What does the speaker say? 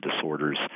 disorders